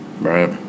Right